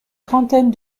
trentaine